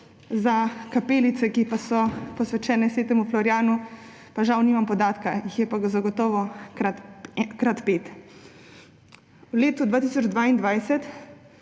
Za kapelice, ki so posvečene sv. Florjanu, žal nimam podatka, jih je pa zagotovo krat pet. V letu 2022